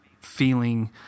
feeling